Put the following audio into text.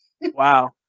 Wow